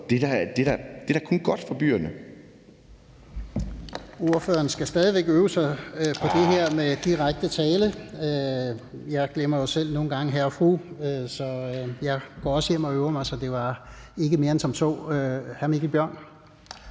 Det er da kun godt for byerne.